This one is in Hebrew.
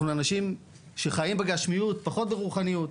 אנחנו אנשים שחיים בגשמיות, פחות ברוחניות.